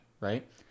right